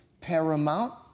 Paramount